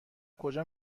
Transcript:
کجا